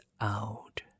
out